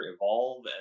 evolve